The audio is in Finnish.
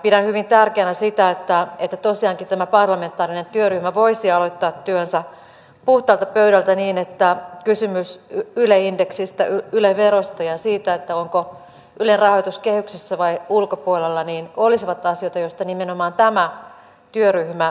pidän hyvin tärkeänä sitä että tosiaankin tämä parlamentaarinen työryhmä voisi aloittaa työnsä puhtaalta pöydältä niin että kysymykset yle indeksistä yle verosta ja siitä onko ylen rahoitus kehyksissä vai ulkopuolella olisivat asioita joista nimenomaan tämä työryhmä päättää